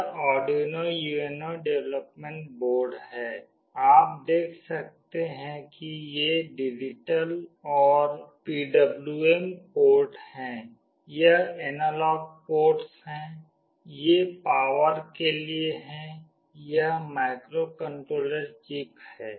यह Arduino UNO development board है आप देख सकते हैं कि ये डिजिटल और PWM पोर्ट हैं यह एनालॉग पोर्ट्स हैं यह पावर के लिए है यह माइक्रोकंट्रोलर चिप है